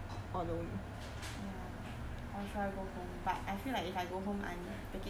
!aiya! or should I go home but I feel like if I go home I'm taking extra